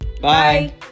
Bye